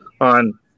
on